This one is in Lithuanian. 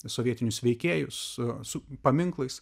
sovietinius veikėjus su paminklais